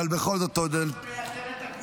אבל בכל זאת --- זה מייתר את הכנסת.